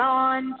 on